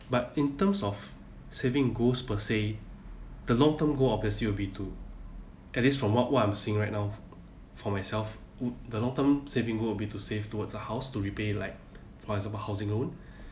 but in terms of saving goals per se the long term goal obviously will be to at least from what what I'm seeing right now for myself would the long term savings goals would be to save towards a house to repay like for example housing loan